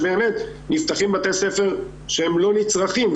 שנפתחים בתי ספר שהם לא נצרכים,